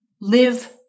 live